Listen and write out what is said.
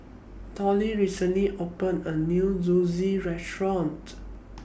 Tollie recently opened A New Zosui Restaurant